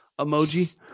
emoji